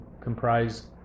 comprise